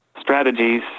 strategies